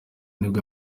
nibwo